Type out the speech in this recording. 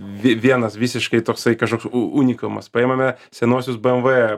vi vienas visiškai toksai kažkoks u unikumas paimame senuosius bmw